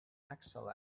excel